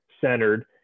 centered